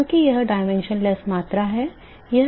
क्योंकि यह आयामहीन मात्रा है वह जैकब संख्या है